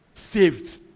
Saved